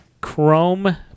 Chrome